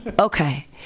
okay